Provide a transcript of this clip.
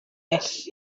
hyll